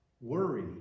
worry